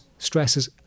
stresses